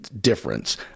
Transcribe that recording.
difference